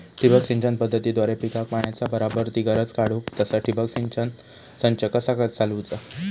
ठिबक सिंचन पद्धतीद्वारे पिकाक पाण्याचा बराबर ती गरज काडूक तसा ठिबक संच कसा चालवुचा?